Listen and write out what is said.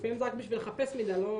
לפעמים זה רק בשביל לחפש מידע.